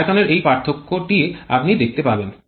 আয়তনের এই পার্থক্যটি আপনি দেখতে পাবেন